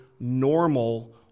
normal